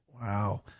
Wow